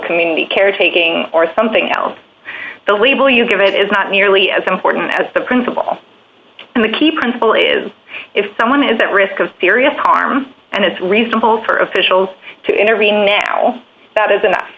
community care taking or something else the label you give it is not nearly as important as the principle and the key principle is if someone has at risk of serious harm and it's reasonable for officials to intervene now that is enough